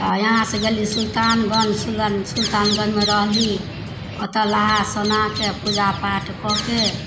तऽ इहाँसे गेली सुल्तानगञ्ज सुल सुल्तानगञ्जमे रहली ओतऽ नहा सोनाके पूजापाठ कऽके